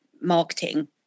marketing